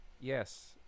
yes